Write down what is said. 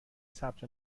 ثبت